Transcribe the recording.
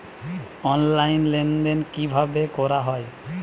Online লেনদেন কিভাবে করা হয়?